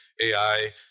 AI